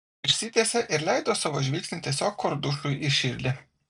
išsitiesė ir leido savo žvilgsnį tiesiog kordušui į širdį